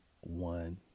one